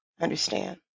Understand